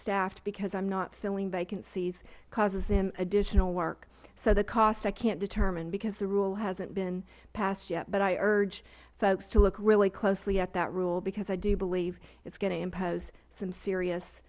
staffed because i am not filling vacancies causes them additional work so the costs i cant determine because the rule hasnt been passed yet but i urge folks to look really closely at that rule because i do believe it is going to impose some serious